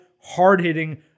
hard-hitting